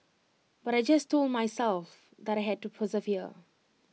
but I just told myself that I had to persevere